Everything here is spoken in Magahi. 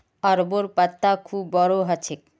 अरबोंर पत्ता खूब बोरो ह छेक